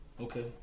Okay